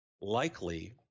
likely